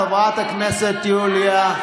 חברת הכנסת יוליה,